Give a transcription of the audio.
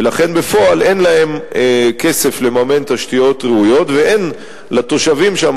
ולכן בפועל אין להן כסף לממן תשתיות ראויות ואין לתושבים שם,